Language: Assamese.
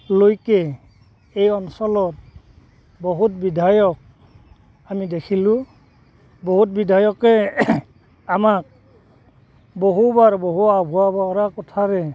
লৈকে এই অঞ্চলত বহুত বিধায়ক আমি দেখিলোঁ বহুত বিধায়কে আমাক বহুবাৰ বহু আভুৱা ভৰা কথাৰে